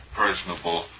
personable